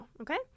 okay